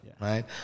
right